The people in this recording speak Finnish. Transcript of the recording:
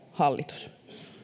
hallitus